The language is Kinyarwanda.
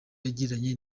yagiranye